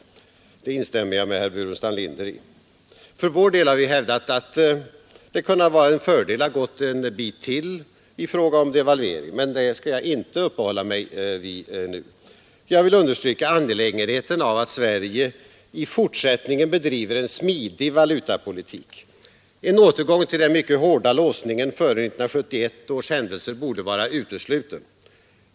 Det instämmer jag med herr Burenstam Linder i. För vår del har vi hävdat att det kunnat vara en fördel om man hade gått en bit till i fråga om devalveringen, men det skall jag inte uppehålla mig vid nu. Jag vill dock understryka angelägenheten av att Sverige i fortsättningen bedriver en smidig valutapolitik. En återgång till den mycket hårda låsningen före 1971 års händelser borde vara utesluten.